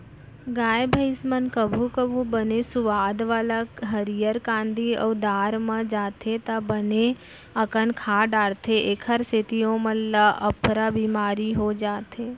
गाय भईंस मन कभू कभू बने सुवाद वाला हरियर कांदी अउ दार पा जाथें त बने अकन खा डारथें एकर सेती ओमन ल अफरा बिमारी हो जाथे